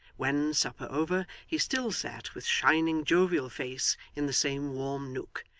when, supper over, he still sat with shining jovial face in the same warm nook,